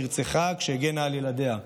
נרצחה כשהגנה על ילדיה.